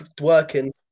working